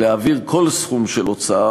להעביר כל סכום של הוצאה,